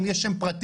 אם יש שם פרטי,